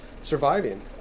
surviving